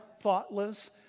thoughtless